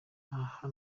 aha